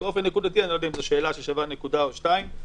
באופן נקודתי אני לא יודע אם זו שאלה ששווה נקודה או שתיים,